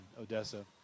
Odessa